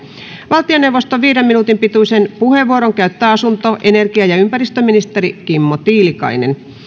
valtioneuvoston viiden minuutin pituisen puheenvuoron käyttää asunto energia ja ympäristöministeri kimmo tiilikainen